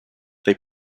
they